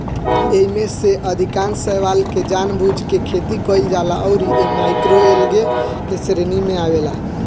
एईमे से अधिकांश शैवाल के जानबूझ के खेती कईल जाला अउरी इ माइक्रोएल्गे के श्रेणी में आवेला